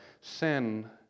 sin